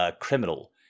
Criminal